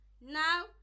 Now